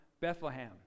Bethlehem